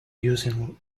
using